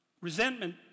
resentment